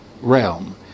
realm